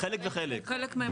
חלק וחלק.